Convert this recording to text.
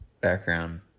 background